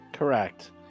Correct